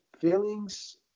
feelings